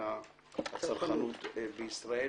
הצרכנות בישראל.